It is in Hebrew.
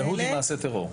ההזדהות עם מעשה טרור.